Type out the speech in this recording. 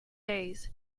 days